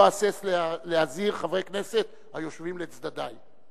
ולא אהסס להזהיר חברי כנסת היושבים לצדדי.